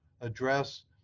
address